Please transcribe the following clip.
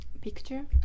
picture